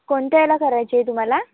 कोणत्या याला करायची आहे तुम्हाला